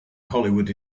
hollywood